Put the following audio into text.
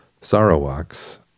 Sarawak's